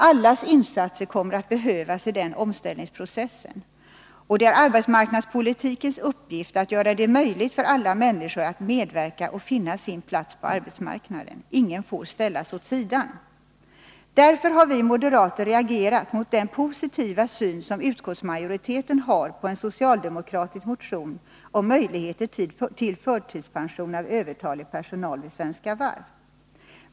Allas insatser kommer att behövas i den omställningsprocessen, och det är arbetsmarknadspolitikens uppgift att göra det möjligt för alla människor att medverka och finna sin plats på arbetsmarknaden. Ingen får ställas åt sidan. Därför har vi moderater reagerat mot den positiva syn som utskottsmajoriteten har på en socialdemokratisk motion om möjligheter till förtidspension av övertalig personal vid Svenska Varv.